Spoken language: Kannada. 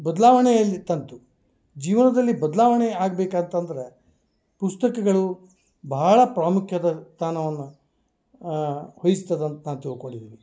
ಬದ್ಲಾವಣೆಯಲ್ಲಿ ತಂತು ಜೀವನದಲ್ಲಿ ಬದಲಾವಣೆ ಆಗ್ಬೇಕಂತಂದ್ರೆ ಪುಸ್ತಕಗಳು ಭಾಳ ಪ್ರಾಮುಖ್ಯತೆ ಸ್ಥಾನವನ್ನು ವೈಸ್ತದಂತ ನಾ ತಿಳ್ಕೊಂಡಿದೀನಿ